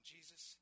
Jesus